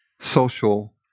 social